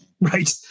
right